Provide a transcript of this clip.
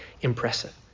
impressive